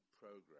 program